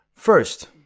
First